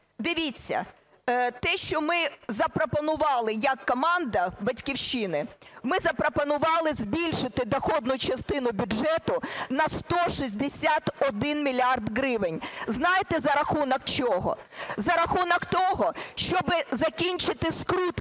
Дивіться, те, що ми запропонували як команда "Батьківщина", ми запропонували збільшити доходну частину бюджету на 161 мільярд гривень, знаєте, за рахунок чого? За рахунок того, щоб закінчити скрутки